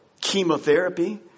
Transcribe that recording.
chemotherapy